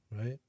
right